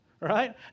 right